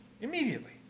Immediately